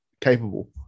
capable